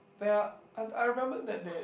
there are I remember that there's